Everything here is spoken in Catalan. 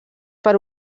per